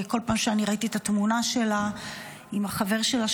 וכל פעם שראיתי את התמונה שלה עם החבר שלה,